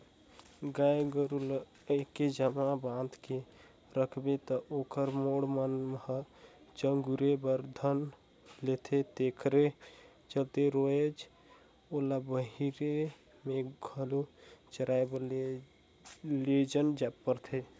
गाय गोरु ल एके जघा बांध के रखबे त ओखर गोड़ मन ह चगुरे बर धर लेथे तेखरे चलते रोयज ओला बहिरे में घलो चराए बर लेजना परथे